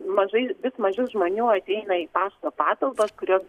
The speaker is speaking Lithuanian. mažai vis mažiau žmonių ateina į pašto patalpas kurios